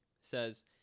Says